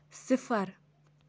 صِفر